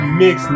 mix